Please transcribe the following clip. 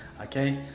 okay